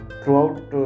throughout